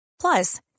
Plus